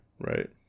right